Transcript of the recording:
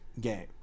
game